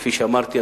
כפי שאמרתי,